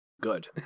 good